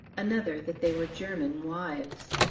another that they were german wives.